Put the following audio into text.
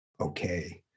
okay